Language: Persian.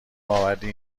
آوردی